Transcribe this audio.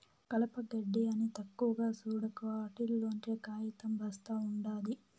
కలప, గెడ్డి అని తక్కువగా సూడకు, ఆటిల్లోంచే కాయితం ఒస్తా ఉండాది